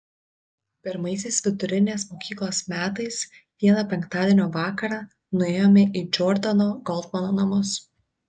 pirmaisiais vidurinės mokyklos metais vieną penktadienio vakarą nuėjome į džordano goldmano namus